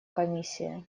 комиссия